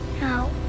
No